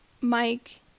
Mike